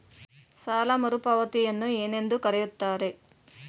ಸಾಲ ಮರುಪಾವತಿಯನ್ನು ಏನೆಂದು ಕರೆಯುತ್ತಾರೆ?